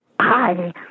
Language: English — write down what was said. Hi